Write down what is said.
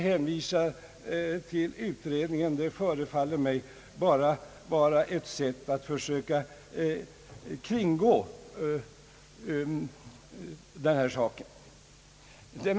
Herr Bengtsons hänvisning förefaller mig därför bara vara ett sätt att söka kringgå detta problem.